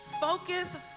Focus